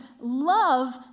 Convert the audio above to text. love